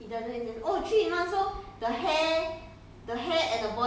save time save water